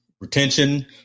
retention